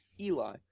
Eli